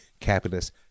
capitalist